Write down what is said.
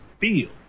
feel